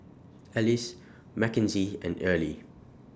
Alys Mackenzie and Earlie